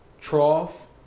trough